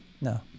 No